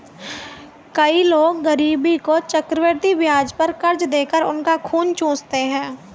कई लोग गरीबों को चक्रवृद्धि ब्याज पर कर्ज देकर उनका खून चूसते हैं